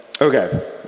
Okay